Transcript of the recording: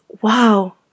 Wow